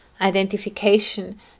identification